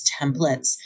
templates